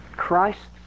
Christ